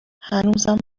هنوزم